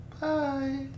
bye